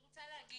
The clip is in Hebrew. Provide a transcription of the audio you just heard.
לדעתי,